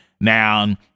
now